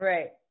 Right